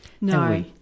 No